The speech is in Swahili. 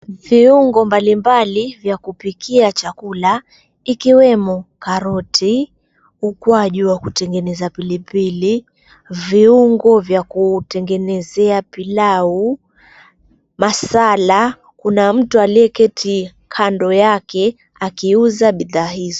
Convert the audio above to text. Viungo mbalimbali vya kupikia chakula ikiwemo karoti, ukwaju wa kutengeneza pilipili, viungo vya kutengenezea pilau, masala. Kuna mtu aliyeketi kando yake akiuza bidhaa hizo.